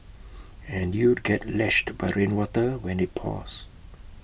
and you'd get lashed by rainwater when IT pours